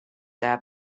app